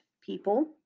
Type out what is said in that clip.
people